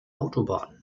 autobahn